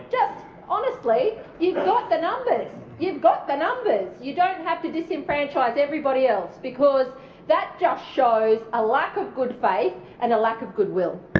just honestly you've got the numbers, you've got the numbers. you don't have to disenfranchise everybody else because that just shows a lack of good faith and a lack of goodwill.